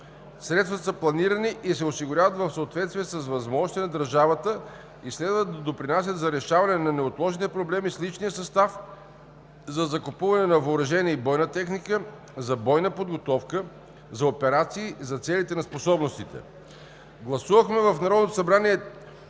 Средствата са планирани и се осигуряват в съответствие с възможностите на държавата и следва да допринасят за решаване на неотложните проблеми с личния състав, за закупуване на въоръжение и бойна техника, за бойна подготовка, за операции, за целите на способностите. Гласувахме в Народното събрание